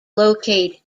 locate